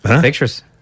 Pictures